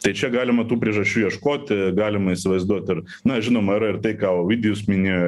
tai čia galima tų priežasčių ieškoti galima įsivaizduot ir na žinoma yra ir tai ką ovidijus mini